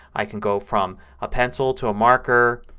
i can go from a pencil to a marker